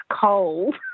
cold